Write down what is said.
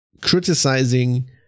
criticizing